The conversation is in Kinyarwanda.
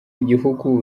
igihugu